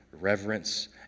reverence